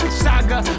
saga